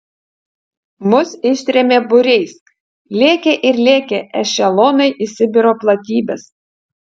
mus ištrėmė būriais lėkė ir lėkė ešelonai į sibiro platybes